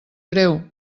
greu